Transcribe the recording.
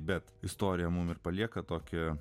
bet istorija mums ir palieka tokią